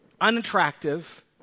Unattractive